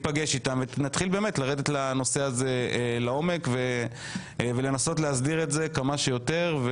ניפגש איתם ונתחיל לרדת לנושא הזה לעומק ולנסות להסדיר את זה כמה שיותר.